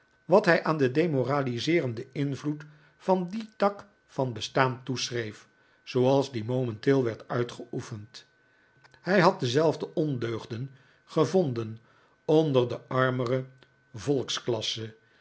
wat hij aan den demoraliseerenden invloed van dien tak van bestaan toeschreef zooals die momenteel werd uitgeoefend hij had dezelfde ondeugden gevonden onder de armere